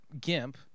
Gimp